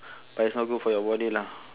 but it's not good for your body lah